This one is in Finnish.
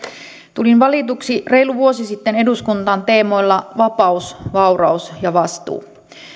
tulin valituksi reilu vuosi sitten eduskuntaan teemoilla vapaus vauraus ja vastuu